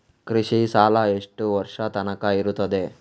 ಕೃಷಿ ಸಾಲ ಎಷ್ಟು ವರ್ಷ ತನಕ ಇರುತ್ತದೆ?